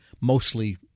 mostly